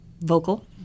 vocal